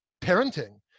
parenting